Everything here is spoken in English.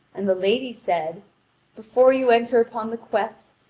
and the lady said before you enter upon the quest,